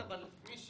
דיווח מיוחד לציבור,